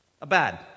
abad